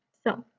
so